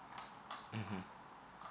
mmhmm